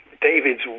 David's